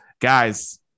Guys